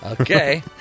Okay